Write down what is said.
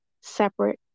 separate